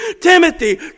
Timothy